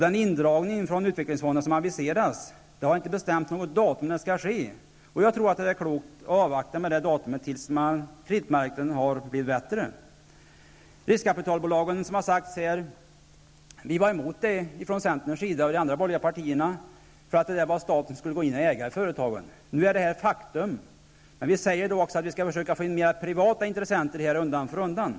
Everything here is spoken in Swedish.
Den indragning från utvecklingsfonderna som har avviserats -- det har inte bestämts något datum när detta skall ske -- tror jag att det är klokt att avvakta med tills kreditmarknaden har blivit bättre. Riskkapitalbolagen var centern och de andra borgerliga partierna emot för att staten skulle gå in och äga företagen. Nu är detta ett faktum. Men vi skall försöka att få in fler privata intressenter undan för undan.